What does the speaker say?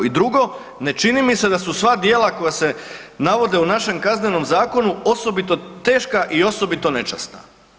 I drugo, ne čini mi se da su sva djela koja se navode u našem kaznenom zakonu osobito teška i osobito nečasna.